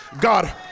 God